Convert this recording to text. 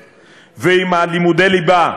עם השוויון בנטל ועם לימודי הליבה,